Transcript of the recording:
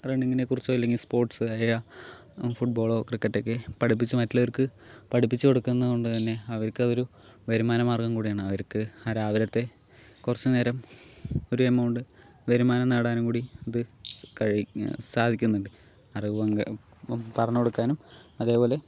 റണ്ണിങ്ങിനെ കുറിച്ചോ അല്ലെങ്കിൽ സ്പോർട്സായ ഫുട്ബോളോ ക്രിക്കറ്റൊക്കെ പഠിപ്പിച്ച് മറ്റുള്ളവർക്ക് പഠിപ്പിച്ചു കൊടുക്കുന്നതുകൊണ്ട് തന്നെ അവർക്കതൊരു വരുമാനമാർഗം കൂടിയാണ് അവർക്ക് ആ രാവിലത്തെ കുറച്ച് നേരം ഒരു എമൗണ്ട് വരുമാനം നേടാനും കൂടി ഇത് കഴിയും സാധിക്കുന്നുണ്ട് അറിവ് പങ്ക് പറഞ്ഞു കൊടുക്കാനും അതേപോലെ